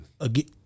Again